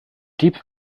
deep